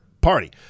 party